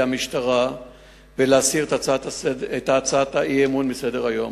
המשטרה ולהסיר את הצעת האי-אמון מסדר-היום.